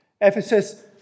Ephesus